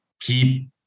keep